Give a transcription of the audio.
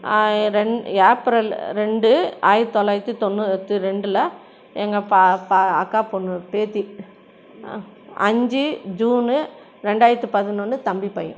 ரெண்டு ஏப்ரல் ரெண்டு ஆயிரத்தி தொள்ளாயிரத்தி தொண்ணூற்றி ரெண்டில் எங்கள் பாப்பா அக்கா பெண்ணு பேத்தி அஞ்சு ஜூனு ரெண்டாயிரத்தி பதினொன்று தம்பி பையன்